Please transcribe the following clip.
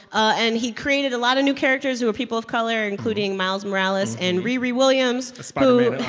and he created a lot of new characters who are people of color, including miles morales and riri williams, so who.